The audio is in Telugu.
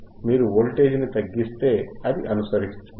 మీరు వోల్టేజ్ ని తగ్గిస్తే అది అనుసరిస్తుంది